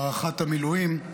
של הארכת המילואים.